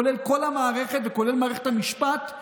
כולל כל המערכת וכולל מערכת המשפט.